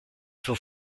faut